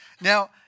Now